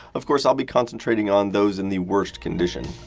of course, i'll be concentrating on those in the worst condition.